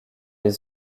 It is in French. les